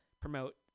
promote